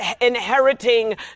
inheriting